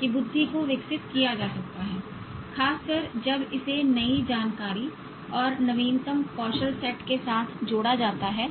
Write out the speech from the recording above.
कि बुद्धि को विकसित किया जा सकता है खासकर जब इसे नई जानकारी और नवीनतम कौशल सेट के साथ जोड़ा जाता है